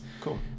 Cool